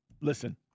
Listen